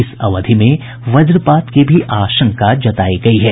इस अवधि में वज्रपात की भी आशंका जतायी गयी है